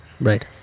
Right